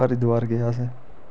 हरिद्वार गे अस